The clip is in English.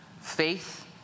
faith